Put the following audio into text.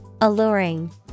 Alluring